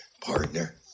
partner